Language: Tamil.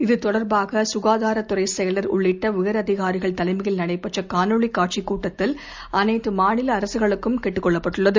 இது தொடர்பாக சுகாதார செயலர் உள்ளிட்ட உயரதிகாரிகள் தலைமையில் நடைபெற்ற காணொளி காட்சி கூட்டத்தில் அனைத்து மாநில அரசுகளுக்கும் கேட்டுக் கொள்ளப்பட்டது